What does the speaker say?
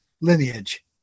lineage